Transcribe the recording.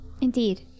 Indeed